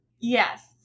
Yes